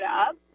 up